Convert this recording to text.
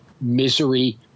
misery